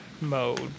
mode